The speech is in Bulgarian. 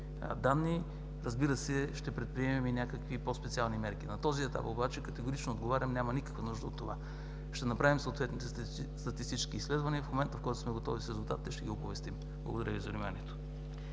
страната, разбира се, ще предприемем и някакви по-специални мерки. На този етап обаче категорично отговарям: няма никаква нужда от това. Ще направим съответните статистически изследвания и в момента, в който сме готови с резултатите, ще ги оповестим. Благодаря Ви за вниманието.